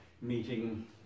meeting